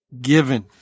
given